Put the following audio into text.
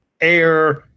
Air